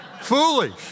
Foolish